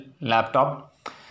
laptop